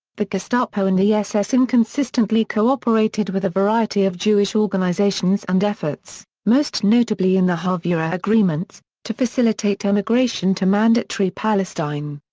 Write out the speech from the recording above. the gestapo and the ss inconsistently cooperated with a variety of jewish organizations and efforts, most notably in the haavurah agreements, to facilitate emigration to mandatory palestine.